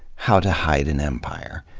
how to hide an empire.